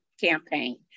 campaign